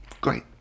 Great